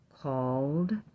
called